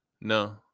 no